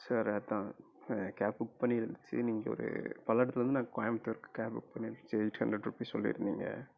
sir அதான் cab book பண்ணிருந்துச்சி நீங்கள் ஒரு பல்லடத்துலேருந்து நான் கோயம்புத்தூர்க்கு கேப் புக் பண்ணிருந்தேன் சார் எய்ட் ஹண்ட்ரட் ருபீஸ் சொல்லிருந்தீங்க